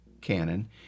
canon